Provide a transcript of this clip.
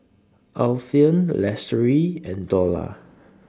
Alfian Lestari and Dollah